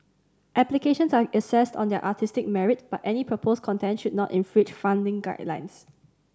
applications are assessed on their artistic merit but any proposed content should not infringe funding guidelines